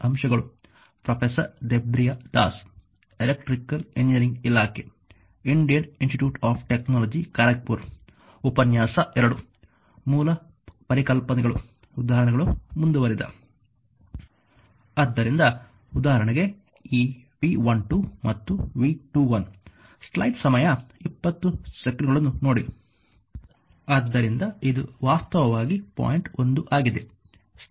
ಆದ್ದರಿಂದ ಉದಾಹರಣೆಗೆ ಈ V12 ಮತ್ತು V21 ಆದ್ದರಿಂದ ಇದು ವಾಸ್ತವವಾಗಿ ಪಾಯಿಂಟ್ 1 ಆಗಿದೆ